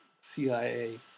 CIA